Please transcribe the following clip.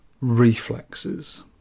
reflexes